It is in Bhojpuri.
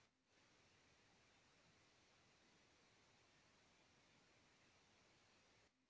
दूध क खपत भारत में सभकरा से जादा होला